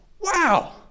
wow